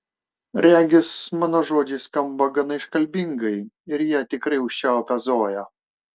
regis mano žodžiai skamba gana iškalbingai ir jie tikrai užčiaupia zoją